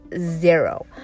zero